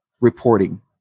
reporting